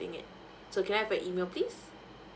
it so can I have your email please